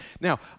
Now